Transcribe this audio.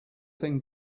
thing